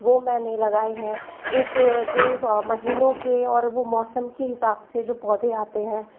वो मैंने लगाए हैं एक जो महीनों के और वो मौसम के हिसाब से जो पौधे आते हैं